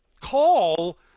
call